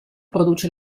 produce